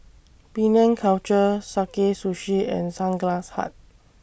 Penang Culture Sakae Sushi and Sunglass Hut